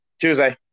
Tuesday